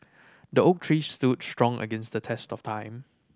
the oak tree stood strong against the test of time